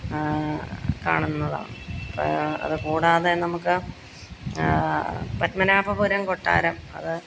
കാണുന്നതാണ് അതുകൂടാതെ നമുക്ക് പത്മനാഭപുരം കൊട്ടാരം അത്